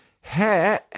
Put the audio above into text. hey